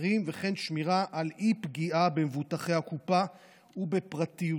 וכן שמירה על אי-פגיעה במבוטחי הקופה ופרטיותם.